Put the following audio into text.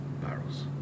barrels